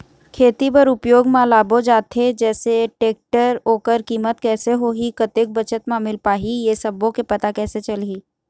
खेती बर उपयोग मा लाबो जाथे जैसे टेक्टर ओकर कीमत कैसे होही कतेक बचत मा मिल पाही ये सब्बो के पता कैसे चलही?